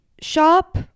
shop